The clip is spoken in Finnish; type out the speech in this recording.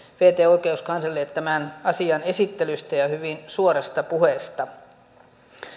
virkaatekevä oikeuskanslerille tämän asian esittelystä ja hyvin suorasta puheesta